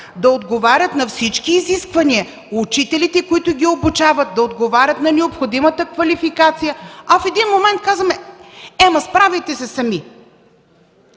да отговарят на всички изисквания, учителите, които ги обучават, да отговарят на необходимата квалификация, а в един момент казваме: „Ама, справяйте се сами!”